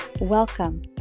Welcome